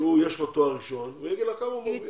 שיש לו תואר ראשון והוא יגיד לך כמה הוא מרוויח.